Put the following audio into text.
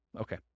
Okay